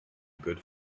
good